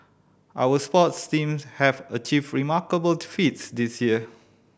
our sports teams have achieved remarkable feats this year